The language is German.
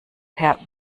per